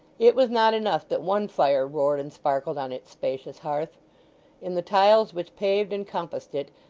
it was not enough that one fire roared and sparkled on its spacious hearth in the tiles which paved and compassed it,